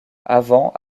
avant